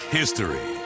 history